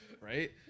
Right